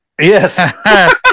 Yes